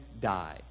die